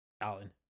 Alan